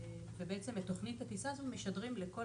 ובעצם את תוכנית הטיסה הזו משדרים לכל